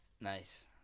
Nice